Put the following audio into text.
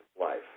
life